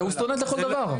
הוא סטודנט לכל דבר.